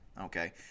Okay